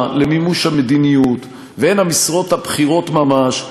למימוש המדיניות והן המשרות הבכירות ממש,